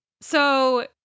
So-